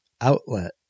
Outlet